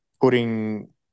putting